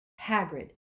Hagrid